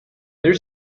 their